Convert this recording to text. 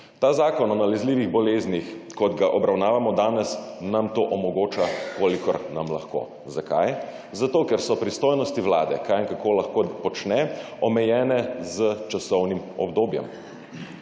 ne. Zakon o nalezljivih boleznih, kot ga obravnavamo danes, nam to omogoča, kolikor nam lahko. Zakaj? Zato ker so pristojnosti vlade, kaj in kako lahko počne, omejene s časovnim obdobjem